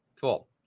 Cool